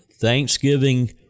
Thanksgiving